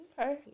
Okay